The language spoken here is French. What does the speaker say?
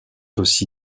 aussi